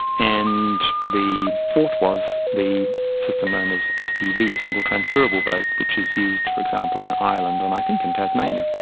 and the fourth was the system known as stv, single transferable vote, which is used for example in ireland and i think in tasmania.